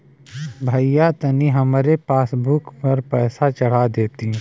भईया तनि हमरे पासबुक पर पैसा चढ़ा देती